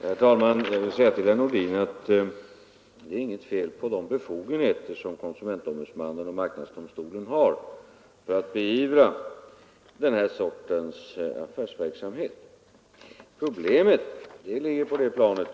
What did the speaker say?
Herr talman! Det är inget fel på de befogenheter som konsumentombudsmannen och marknadsdomstolen har för att beivra den här sortens affärsverksamhet. Svårigheterna ligger på ett annat plan.